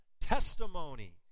testimony